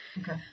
Okay